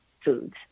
foods